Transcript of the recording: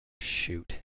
Shoot